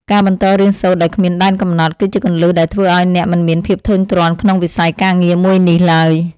ការបន្តរៀនសូត្រដោយគ្មានដែនកំណត់ គឺជាគន្លឹះដែលធ្វើឱ្យអ្នកមិនមានភាពធុញទ្រាន់ក្នុងវិស័យការងារមួយនេះឡើយ។